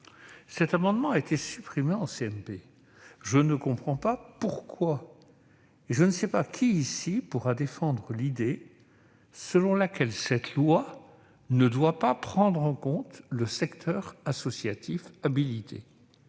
Cet amendement a été supprimé en CMP. Je ne comprends pas pourquoi. Je ne sais pas qui, ici, pourra défendre l'idée selon laquelle cette loi ne doit pas prendre en compte le secteur associatif habilité.